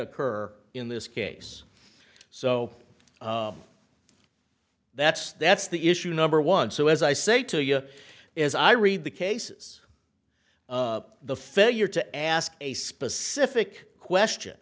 occur in this case so that's that's the issue number one so as i say to you as i read the cases the failure to ask a specific question